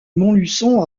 montluçon